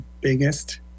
biggest